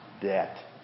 Debt